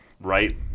right